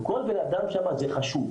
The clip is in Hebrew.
וכל בן אדם שם זה חשוב.